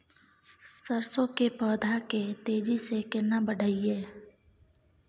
सरसो के पौधा के तेजी से केना बढईये?